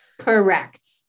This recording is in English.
Correct